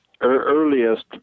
earliest